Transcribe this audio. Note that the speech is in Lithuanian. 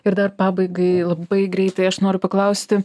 ir dar pabaigai labai greitai aš noriu paklausti